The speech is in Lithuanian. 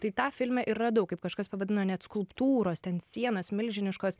tai tą filme ir radau kaip kažkas pavadino net skulptūros ten sienos milžiniškos